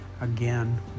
again